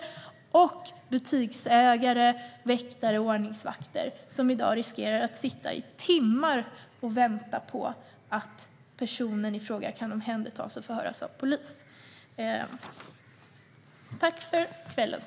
Det gäller även butiksägare, väktare och ordningsvakter, som i dag riskerar att få sitta i timmar och vänta på att personen i fråga kan omhändertas och förhöras av polis.